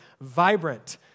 vibrant